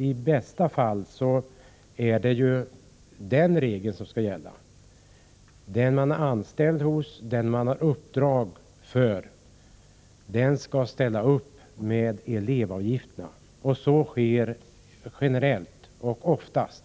I bästa fall skall den regeln gälla att den man är anställd hos eller utför ett uppdrag åt skall betala elevavgiften. Det sker oftast,